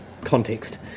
context